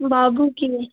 बाबू की